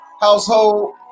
household